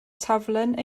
taflen